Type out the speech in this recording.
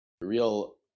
Real